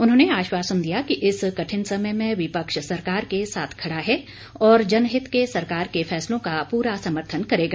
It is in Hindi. उन्होंने आश्वासन दिया कि इस कठिन समय में विपक्ष सरकार के साथ खडा है और जनहित के सरकार के फैसलों का पूरा समर्थन करेगा